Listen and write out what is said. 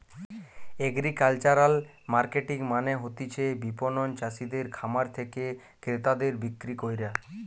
agricultural marketing মানে হতিছে বিপণন চাষিদের খামার থেকে ক্রেতাদের বিক্রি কইরা